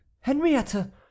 Henrietta